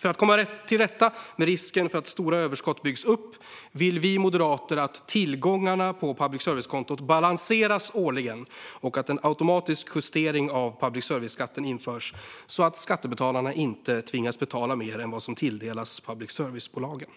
För att komma till rätta med risken för att stora överskott byggs upp vill vi moderater att tillgångarna på public service-kontot balanseras årligen och att en automatisk justering av public service-skatten införs så att skattebetalarna inte tvingas betala mer än vad som tilldelas public service-bolagen.